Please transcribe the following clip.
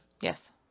Yes